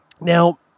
Now